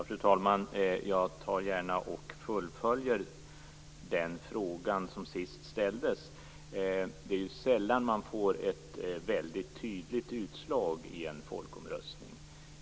Fru talman! Jag vill följa upp den fråga som sist ställdes. Det är sällan som man får ett väldigt tydligt utslag i en folkomröstning.